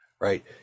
right